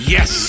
Yes